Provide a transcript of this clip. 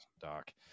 doc